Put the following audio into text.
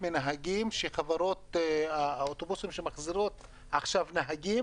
מנהגים שחברות האוטובוסים שמחזירות עכשיו נהגים,